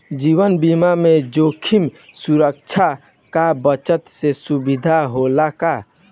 जीवन बीमा में जोखिम सुरक्षा आ बचत के सुविधा रहेला का?